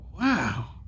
Wow